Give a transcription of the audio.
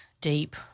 deep